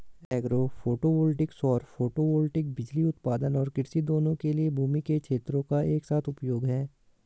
agro photovoltaic सौर photovoltaic बिजली उत्पादन और कृषि दोनों के लिए भूमि के क्षेत्रों का एक साथ उपयोग है